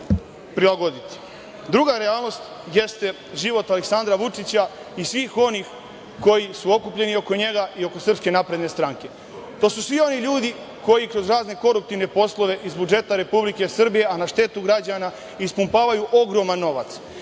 realnost jeste život Aleksandra Vučića i svih onih koji su okupljeni oko njega i oko SNS. To su svi oni ljudi koji kroz razne koruptivne poslove iz budžeta Republike Srbije, a na štetu građana, ispumpavaju ogroman novac.